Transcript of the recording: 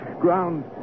ground